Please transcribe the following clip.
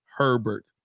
Herbert